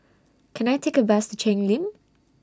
Can I Take A Bus to Cheng Lim